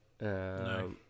No